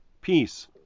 peace